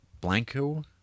Blanco